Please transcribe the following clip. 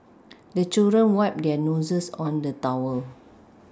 the children wipe their noses on the towel